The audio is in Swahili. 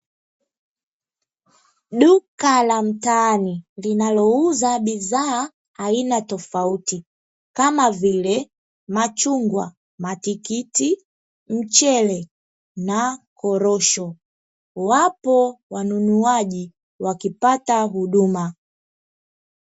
Duka la mtaani linalouza bidhaa aina tofauti, kama vile: machungwa, matikiti, mchele na korosho. Wapo wanunuaji wakipata huduma.